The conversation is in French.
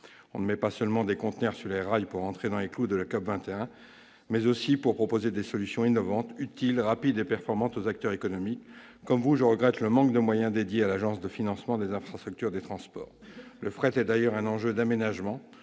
ce n'est pas seulement pour rentrer dans les clous de la COP21, mais aussi pour proposer des solutions innovantes, utiles, rapides et performantes aux acteurs économiques. Comme vous, je regrette le manque de moyens dédiés à l'Agence de financement des infrastructures de transport de France. Le fret est d'ailleurs un enjeu d'aménagement